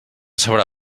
sabrà